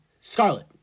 Scarlet